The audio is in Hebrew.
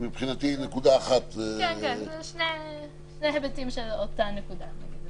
זה שני היבטים של אותה נקודה.